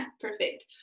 Perfect